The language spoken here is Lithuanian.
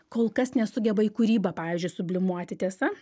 kol kas nesugeba į kūrybą pavyzdžiui sublimuoti tiesa